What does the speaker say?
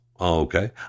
okay